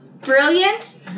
brilliant